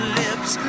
lips